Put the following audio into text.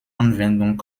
anwendung